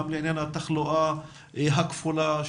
גם לעניין התחלואה הכפולה,